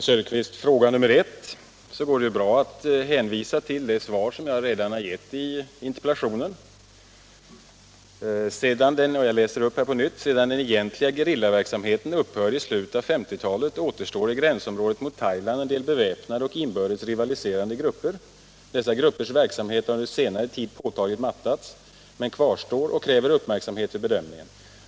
Herr talman! På herr Söderqvists första fråga går det bra att hänvisa till det svar som jag redan har gett på interpellationen. Jag vill upprepa vad jag där sade: ”Sedan den egentliga gerillaverksamheten upphörde i slutet av 1950-talet återstår i gränsområdet mot Thailand en del beväpnade och inbördes rivaliserande grupper. Dessa gruppers verksamhet har under senare tid påtagligt mattats men kvarstår och kräver uppmärksamhet vid bedömningen.